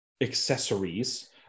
accessories